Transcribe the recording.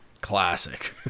Classic